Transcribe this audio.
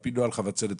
על פי נוהל חבצלת,